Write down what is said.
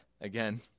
again